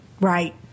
Right